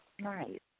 Right